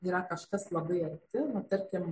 yra kažkas labai arti nu tarkim